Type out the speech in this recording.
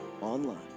online